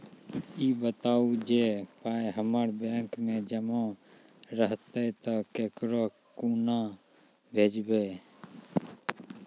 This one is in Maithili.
ई बताऊ जे पाय हमर बैंक मे जमा रहतै तऽ ककरो कूना भेजबै?